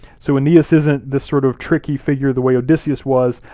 so aeneas isn't this sort of tricky figure, the way odysseus was.